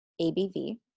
ABV